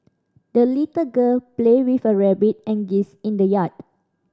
the little girl played with her rabbit and geese in the yard